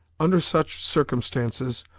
under such circumstances,